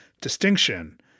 distinction